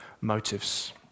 Motives